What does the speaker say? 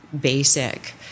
basic